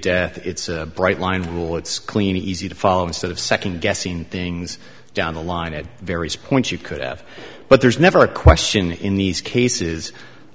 death it's a bright line rule it's clean easy to follow instead of second guessing things down the line at various points you could have but there's never a question in these cases